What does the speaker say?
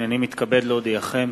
הנני מתכבד להודיעכם,